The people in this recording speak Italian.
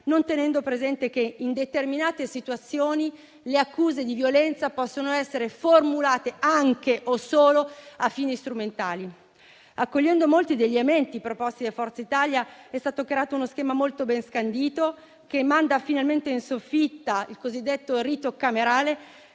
non tenendo presente che in determinate situazioni le accuse di violenza possono essere formulate anche o solo a fini strumentali. Accogliendo molti degli emendamenti proposti da Forza Italia, è stato creato uno schema molto ben scandito, che manda finalmente in soffitta il cosiddetto rito camerale,